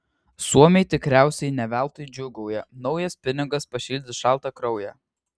suomiai tikriausiai ne veltui džiūgauja naujas pinigas pašildys šaltą kraują